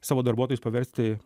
savo darbuotojus paversti